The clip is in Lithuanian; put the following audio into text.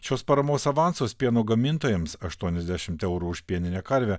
šios paramos avansus pieno gamintojams aštuoniasdešimt eurų už pieninę karvę